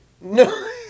No